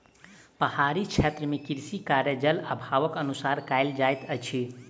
पहाड़ी क्षेत्र मे कृषि कार्य, जल अभावक अनुसार कयल जाइत अछि